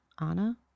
Anna